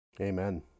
Amen